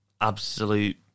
absolute